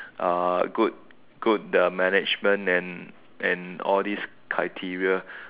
uh good good uh management and and all this criteria